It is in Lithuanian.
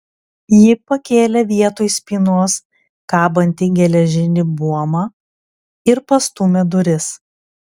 ji pakėlė vietoj spynos kabantį geležinį buomą ir pastūmė duris